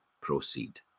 proceed